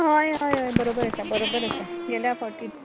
आं हय हय बरोबर आसा बरोबर आसा गेल्या पावटी